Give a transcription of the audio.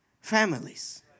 families